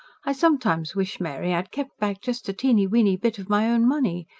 i sometimes wish, mary, i had kept back just a teeny-weeny bit of my own money.